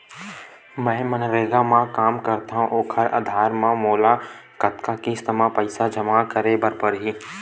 मैं मनरेगा म काम करथव, ओखर आधार म मोला कतना किस्त म पईसा जमा करे बर लगही?